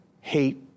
hate